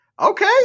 Okay